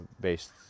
based